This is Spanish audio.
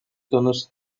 tonos